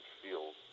feels